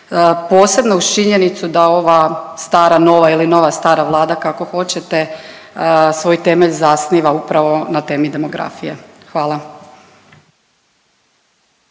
posebno uz činjenicu da ova stara, nova ili nova, stara vlada kako hoćete svoj temelj zasniva upravo na temi demografije. Hvala.